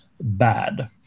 bad